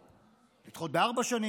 לדחות בארבע שנים, בשש שנים?